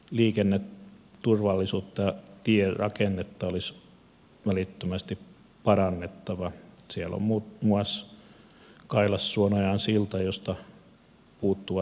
siellä on muun muassa kailassuonojan silta josta puuttuvat muun muassa kaiteet